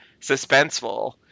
suspenseful